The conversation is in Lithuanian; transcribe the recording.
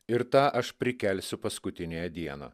ir tą aš prikelsiu paskutiniąją dieną